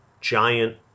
giant